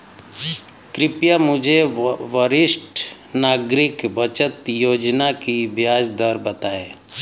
कृपया मुझे वरिष्ठ नागरिक बचत योजना की ब्याज दर बताएं